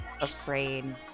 afraid